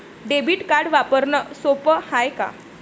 Debit card वापरणं सोप हाय का?